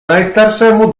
najstarszemu